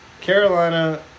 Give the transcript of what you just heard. Carolina